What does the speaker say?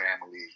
family